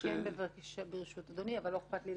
זה מאוד תלוי בהתנהגות של אותו מחבל שלימדה על כך